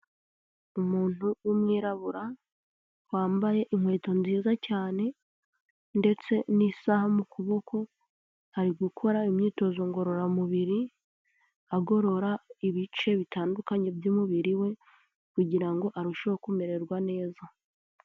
Umuntu w'umwirabura wambaye inkweto nziza cyane ndetse n'isaha mu kuboko, ari gukora imyitozo ngororamubiri agorora ibice bitandukanye by'umubiri we kugira ngo arusheho kumererwa neza.